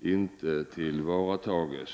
inte tillvaratas.